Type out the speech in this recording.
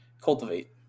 Cultivate